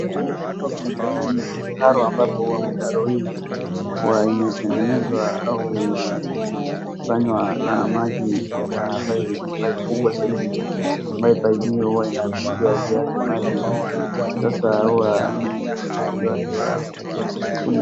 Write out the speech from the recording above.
Hapa kuna ni mtaro ambapo huwa mtaro hii huwa imetengenzwa au imefanywa na maji ambaye ni pipe kubwa zaidi ambaye pipe hiyo huwa inapitia vyake maji. Sasa huwa ni wakati wake wa.